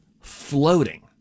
floating